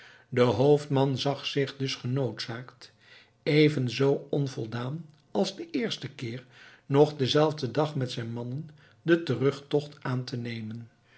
de hoofdman zag zich dus genoodzaakt evenzoo onvoldaan als den eersten keer nog denzelfden dag met zijn mannen den terugtocht aan te nemen